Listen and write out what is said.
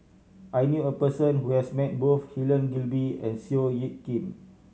I knew a person who has met both Helen Gilbey and Seow Yit Kin